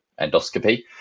endoscopy